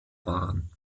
waren